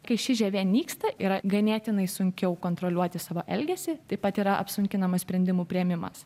kai ši žievė nyksta yra ganėtinai sunkiau kontroliuoti savo elgesį taip pat yra apsunkinamas sprendimų priėmimas